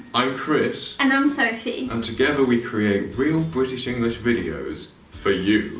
i'm chris, and i'm sophie and together we create real british english videos for you!